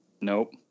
Nope